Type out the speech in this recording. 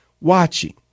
watching